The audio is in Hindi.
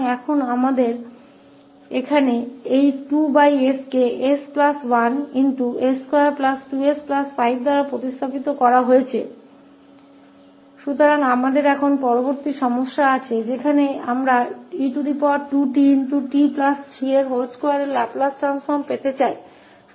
तो अब हमारे पास यह 2s को s1s22s5 से बदल दिया गया है तो अब हमारे पास अगली समस्या है जहां हम e2tt32 के लैपलेस ट्रांसफॉर्म को खोजना चाहते हैं